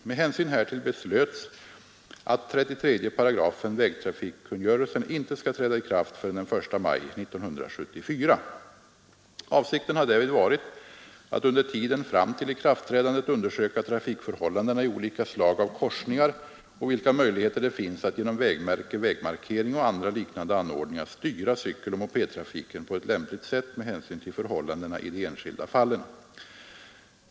Med hänsyn härtill beslöts att 33 § vägtrafikkungörelsen inte skall träda i kraft förrän den 1 maj 1974. Avsikten har därvid varit att under tiden fram till ikraftträdandet undersöka trafikförhållandena i olika slag av korsningar och vilka möjligheter det finns att genom vägmärke, vägmarkering och andra liknande anordningar styra cykeloch mopedtrafiken på ett lämpligt sätt med hänsyn till förhållandena i de enskilda fallen.